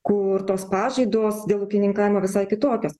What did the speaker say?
kur tos pažaidos dėl ūkininkavimo visai kitokios